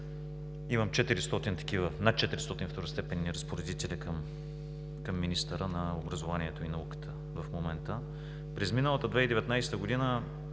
Имам над 400 такива второстепенни разпоредителя към министъра на образованието и науката в момента. През миналата 2019 г.